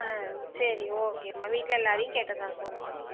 ஆ சரி ஓகேம்மா வீட்டில் எல்லாரையும் கேட்டதாக சொல்லுங்கம்மா